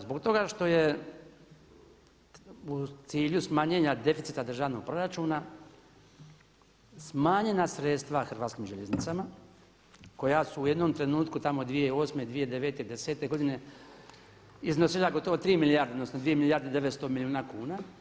Zbog toga što je u cilju smanjenja deficita državnog proračuna smanjena sredstva Hrvatskim željeznicama koja su u jednom trenutku tamo 2008., 2009., desete godine iznosila gotovo 3 milijarde, odnosno 2 milijarde i 900 milijuna kuna.